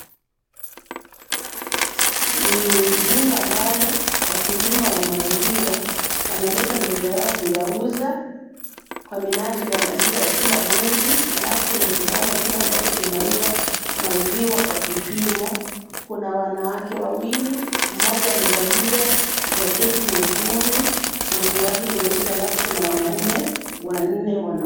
Ni jumba ambalo wakulima wa maziwa wanaoleta maziwa yao ili kuyauza kwa minajili ya malipo ya kila mwezi alafu kuna kibanda kile ambacho kinauza maziwa kwa kipimo. Kuna wanawake wawili, mmoja amevalia jaketi nyekundu na suruali nyeusi alafu kuna wanaume wanne.